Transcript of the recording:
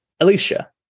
Alicia